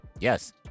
Yes